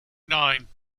nine